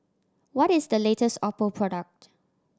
what is the latest Oppo product